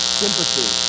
sympathy